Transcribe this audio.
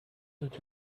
did